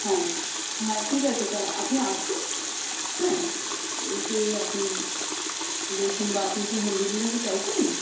হ্যাঁ হ্যাঁ ঠিক আছে তা আপনি আসুন হ্যাঁ এসে আপনি দেখুন বা আপনি কি হোম ডেলিভারি চাইছেন